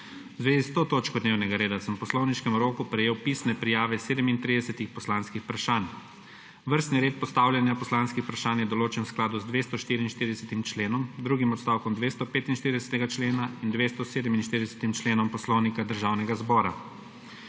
zvezi s to točko dnevnega reda sem v poslovniškem roku prejel pisne prijave 37. poslanskih vprašanj. Vrstni red postavljanja poslanskih vprašanj je določen v skladu z 244. členom, drugim odstavkom 245. člena in 247. členom Poslovnika Državnega zbora.